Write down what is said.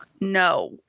No